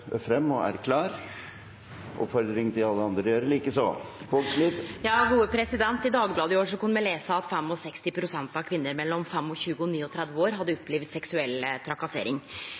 frem og er klar. Presidenten oppfordrer alle andre til å gjøre likeså. I Dagbladet i går kunne me lese at 65 pst. av kvinner mellom 25 og 39 år hadde opplevd seksuell trakassering.